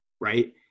right